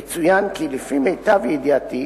יצוין כי לפי מיטב ידיעתי,